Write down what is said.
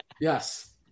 Yes